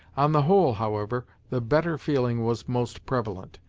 on the whole, however, the better feeling was most prevalent,